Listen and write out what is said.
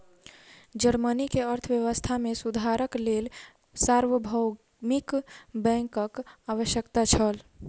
Germany के अर्थव्यवस्था मे सुधारक लेल सार्वभौमिक बैंकक आवश्यकता छल